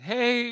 Hey